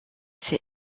ces